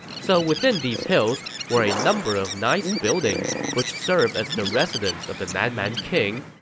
so within these hills were a number of nice buildings, which served as the residence of the nan man king,